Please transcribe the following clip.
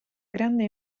grande